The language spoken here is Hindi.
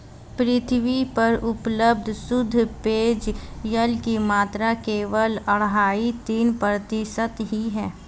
पृथ्वी पर उपलब्ध शुद्ध पेजयल की मात्रा केवल अढ़ाई तीन प्रतिशत ही है